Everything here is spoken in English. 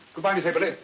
goodbye, miss eberli.